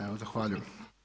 Evo zahvaljujem.